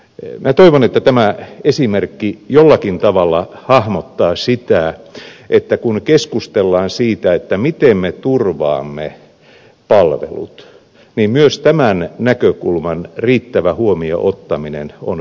minä toivon että tämä esimerkki jollakin tavalla hahmottaa sitä että kun keskustellaan siitä miten me turvaamme palvelut niin myös tämän näkökulman riittävä huomioon ottaminen on perusteltua